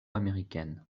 américaine